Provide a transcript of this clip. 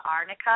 Arnica